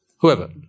Whoever